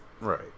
Right